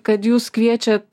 kad jūs kviečiat